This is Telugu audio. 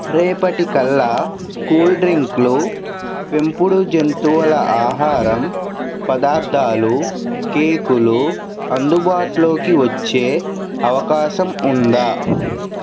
రేపటి కల్లా కూల్డ్రింకులు పెంపుడు జంతువుల ఆహరం పదార్థాలు కేకులు అందుబాటులోకి వచ్చే అవకాశం ఉందా